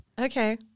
Okay